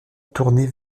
tournée